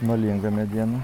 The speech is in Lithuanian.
molinga mediena